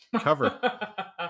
cover